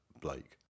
Blake